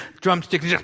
drumsticks